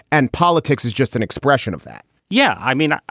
and politics is just an expression of that yeah, i mean,